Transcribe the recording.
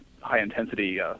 high-intensity